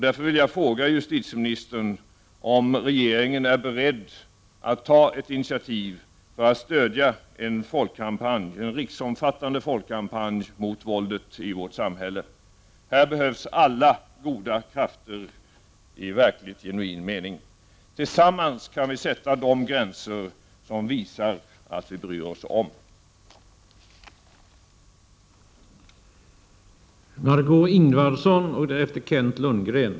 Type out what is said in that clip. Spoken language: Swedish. Därför vill jag fråga justitieministern om regeringen är beredd att ta ett initiativ för att stödja en riksomfattande = Prot. 1989/90:26 folkkampanj mot våldet i vårt samhälle. Här behövs alla goda krafter i verk = 15 november 1989 ligt genuin mening. Tillsammans kan vi sätta de gränser som visar att vi bryr oss om.